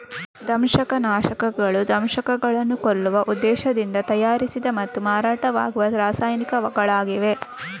ದಂಶಕ ನಾಶಕಗಳು ದಂಶಕಗಳನ್ನು ಕೊಲ್ಲುವ ಉದ್ದೇಶದಿಂದ ತಯಾರಿಸಿದ ಮತ್ತು ಮಾರಾಟವಾಗುವ ರಾಸಾಯನಿಕಗಳಾಗಿವೆ